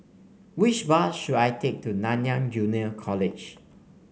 which bus should I take to Nanyang Junior College